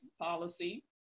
policy